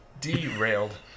Derailed